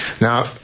Now